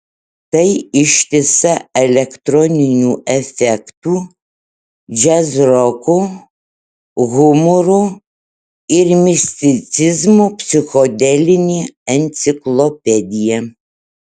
tai ištisa elektroninių efektų džiazroko humoro ir misticizmo psichodelinė enciklopedija